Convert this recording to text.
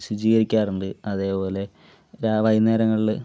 ശുചീകരിക്കാറുണ്ട് അതേപോലെ വൈകുന്നേരങ്ങളിൽ